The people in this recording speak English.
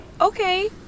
Okay